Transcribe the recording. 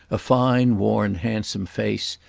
a fine worn handsome face,